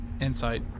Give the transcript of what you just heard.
Insight